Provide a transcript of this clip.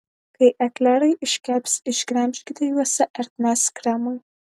kai eklerai iškeps išgremžkite juose ertmes kremui